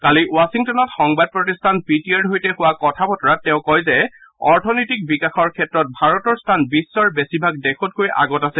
কালি বাখিংটনত সংবাদ প্ৰতিষ্ঠান পি টি আইৰ সৈতে হোৱা কথা বতৰাত তেওঁ কয় যে অথনীতিক বিকাশৰ ক্ষেত্ৰত ভাৰতৰ স্থান বিধ্বৰ বেছিভাগ দেশতকৈ আগত আছে